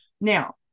Now